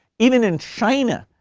even in china.